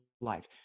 life